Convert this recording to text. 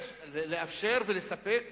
לאפשר ולספק